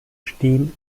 stehen